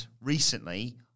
recently